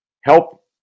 Help